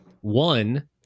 One